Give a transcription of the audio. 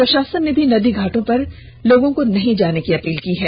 प्रशासन ने भी नदी घाटों पर नहीं जाने की अपील की है